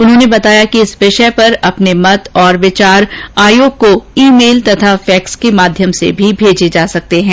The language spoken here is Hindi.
उन्होंने बताया कि इस विषय पर अपने मत और विचार आयोग को ई मेल तथा फैक्स के माध्यम से भी भेजे जा सकते हैं